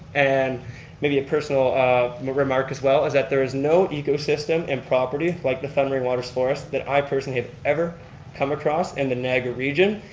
and maybe a personal remark as well. is that there is no ecosystem and property like the thundering waters forest that i personally have ever come across in the niagara region.